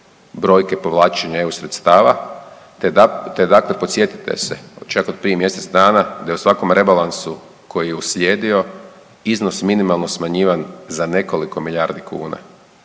brojke povlačenja EU sredstava te dakle podsjetite se čak od prije mjesec dana da je u svakom rebalansu koji je uslijedio iznos minimalno smanjivan za nekoliko milijardi kuna.